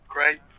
Great